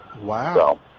wow